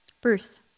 Bruce